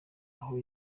aho